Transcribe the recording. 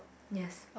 yes